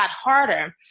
harder